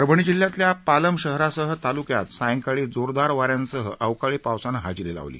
परभणी जिल्ह्यातल्या पालम शहरासह तालुक्यात सायकाळी जोरदार वाऱ्यांसह अवकाळी पावसाने हजेरी लावली